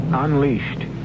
Unleashed